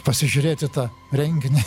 pasižiūrėti tą renginį